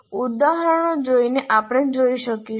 ઉદાહરણો જોઈને આપણે જોઈ શકીશું